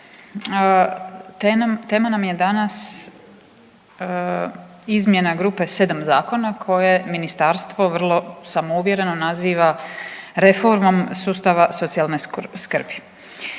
tema nam je danas izmjena grupe 7 zakona koje ministarstvo vrlo samouvjereno naziva reformom sustava socijalne skrbi.